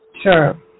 Sure